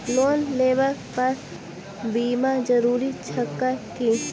Loan लेबऽ पर बीमा जरूरी छैक की?